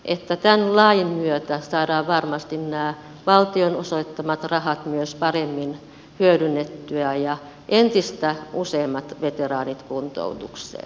tämän lain myötä saadaan varmasti nämä valtion osoittamat rahat myös paremmin hyödynnettyä ja entistä useammat veteraanit kuntoutukseen